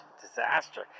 disaster